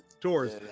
Tours